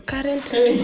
Currently